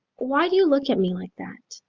why do you look at me like that?